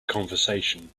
conversation